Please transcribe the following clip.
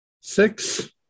six